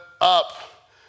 up